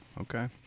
okay